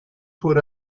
put